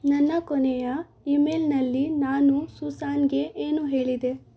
ನನ್ನ ಕೊನೆಯ ಇಮೇಲ್ನಲ್ಲಿ ನಾನು ಸೂಸಾನ್ಗೆ ಏನು ಹೇಳಿದೆ